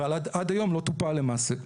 ועד היום לא טופל למעשה.